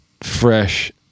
fresh